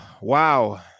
Wow